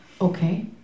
Okay